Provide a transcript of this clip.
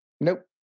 Nope